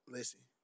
Listen